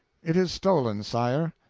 it is stolen, sire.